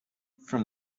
from